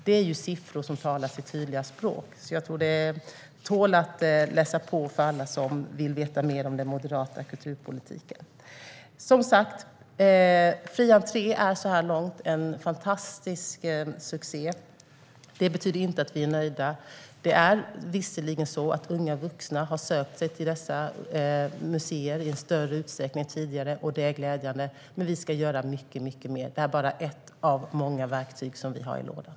Detta är siffror som talar sitt tydliga språk och bör läsas av alla som vill veta mer om den moderata kulturpolitiken. Som sagt, fri entré är så här långt en fantastisk succé. Det betyder inte att vi är nöjda. Det är visserligen så att unga vuxna har sökt sig till dessa museer i större utsträckning än tidigare, och det är glädjande. Men vi ska göra mycket mer - detta är bara ett av många verktyg vi har i lådan.